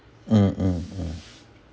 mm mm mm